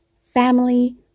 family